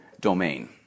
domain